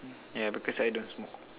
yeah because I don't smoke